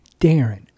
Darren